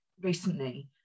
recently